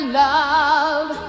love